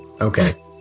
Okay